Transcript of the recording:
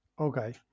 Okay